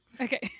Okay